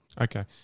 okay